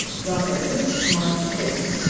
rufford, march fifth.